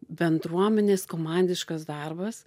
bendruomenės komandiškas darbas